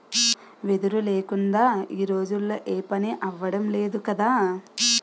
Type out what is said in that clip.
వెదురు లేకుందా ఈ రోజుల్లో ఏపనీ అవడం లేదు కదా